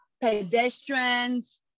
Pedestrians